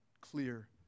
clear